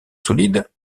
solide